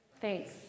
Thanks